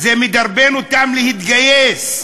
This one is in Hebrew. זה מדרבן אותם להתגייס.